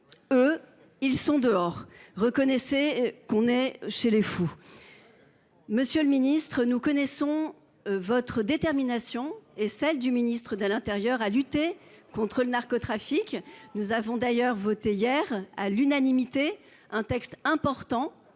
individus sont dehors. Reconnaissez qu’on est chez les fous… Monsieur le garde des sceaux, nous connaissons votre détermination et celle du ministre de l’intérieur à lutter contre le narcotrafic. Nous avons voté hier à l’unanimité un texte important